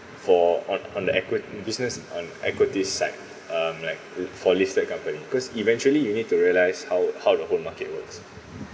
for on on the equity business on equity side um like for listed company because eventually you need to realise how how the whole market works